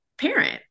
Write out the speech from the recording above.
parent